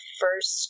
first